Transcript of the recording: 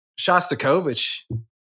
Shostakovich